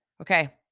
Okay